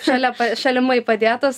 šalia šalimai padėtos